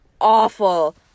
awful